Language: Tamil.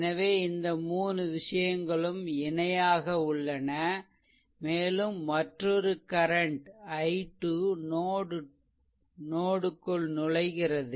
எனவே இந்த 3 விஷயங்களும் இணையாக உள்ளன மேலும் மற்றொரு கரண்ட் i 2 நோட் க்குள் நுழைகிறது